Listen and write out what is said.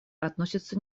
относятся